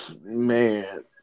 Man